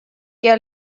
què